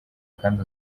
kandi